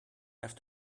have